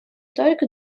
только